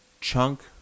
chunk